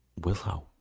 Willow